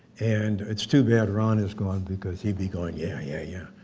and it's too bad ron is gone because he'd be going, yeah yeah yeah,